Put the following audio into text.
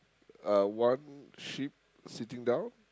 uh one sheep sitting down